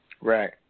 Right